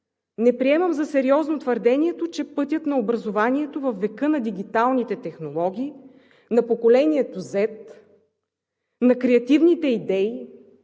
Не приемам за сериозно твърдението, че пътят на образованието във века на дигиталните технологии, на поколението „Z“, на креативните идеи,